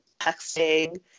texting